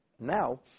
Now